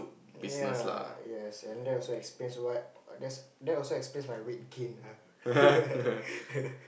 ya yes and that also explains why that's that also explain's my weight gain ah